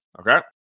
Okay